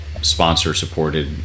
sponsor-supported